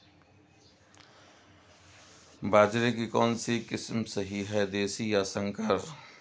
बाजरे की कौनसी किस्म सही हैं देशी या संकर?